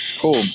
cool